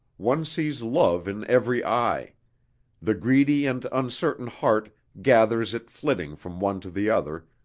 one sees love in every eye the greedy and uncertain heart gathers it flitting from one to the other,